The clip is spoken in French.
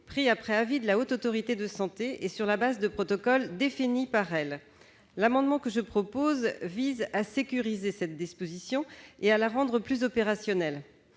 pris après avis de la Haute Autorité de santé et sur la base de protocoles définis par elle. Le présent amendement vise à sécuriser cette disposition et à la rendre plus opérationnelle.